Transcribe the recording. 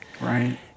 Right